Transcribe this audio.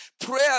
Prayer